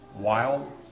wild